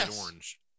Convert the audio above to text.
Orange